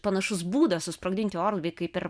panašus būdas susprogdinti orlaivį kaip ir